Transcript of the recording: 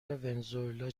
ونزوئلا